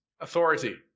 authority